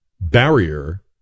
barrier